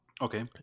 Okay